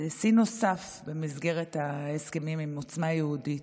שיא נוסף במסגרת ההסכמים עם עוצמה יהודית: